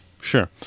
sure